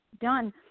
done